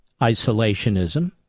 isolationism